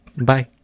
bye